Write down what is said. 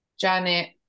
Janet